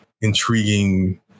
intriguing